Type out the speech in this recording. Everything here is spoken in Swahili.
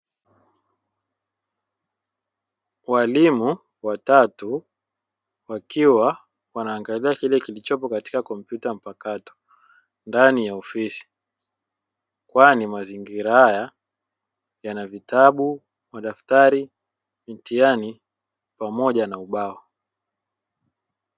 Walimu watatu wakiwa wanaangalia kile kilichopo katika tarakirishi mpakato ndani ya ofisi kwani mazingira haya yana vitabu, madaftari, mitihani pamoja na ubao.